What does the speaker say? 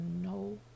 no